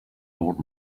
old